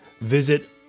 visit